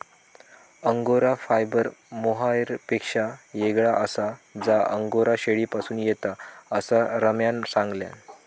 angora fibre मोहायरपेक्षा येगळा आसा जा अंगोरा शेळीपासून येता, असा रम्यान सांगल्यान